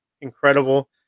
incredible